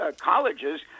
colleges